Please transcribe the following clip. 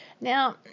Now